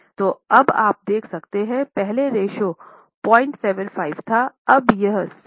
तो अब आप देख सकते हैंपहले रेश्यो 075 था अब यह 6 बय 4 यानि 15 है